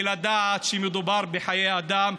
וצריך לדעת שמדובר בחיי אדם,